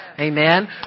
Amen